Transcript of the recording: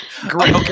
Great